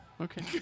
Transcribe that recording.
Okay